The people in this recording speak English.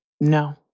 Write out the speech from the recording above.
No